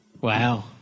Wow